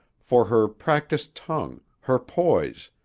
for her practiced tongue, her poise,